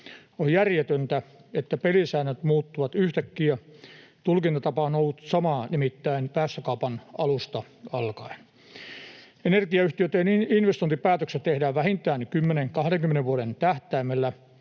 On järjetöntä, että pelisäännöt muuttuvat yhtäkkiä — tulkintatapa on nimittäin ollut sama päästökaupan alusta alkaen. Energiayhtiöitten investointipäätökset tehdään vähintään 10—20 vuoden tähtäimellä.